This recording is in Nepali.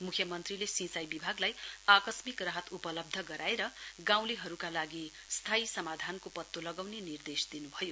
मुख्यमन्त्रीले सिंचाई विभागलाई आकस्मिक राहत उपलब्ध गराएर गाँउलेहरुका लागि स्थायी समाधानको पल्लो लगाउने निर्देश दिनुभयो